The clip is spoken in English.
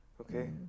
Okay